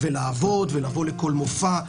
לעבוד וללכת למופעים.